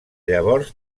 llavors